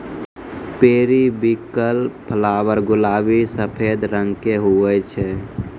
periwinkle flower गुलाबी सफेद रंग के हुवै छै